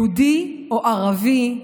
יהודי או ערבי,